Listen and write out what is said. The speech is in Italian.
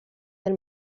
del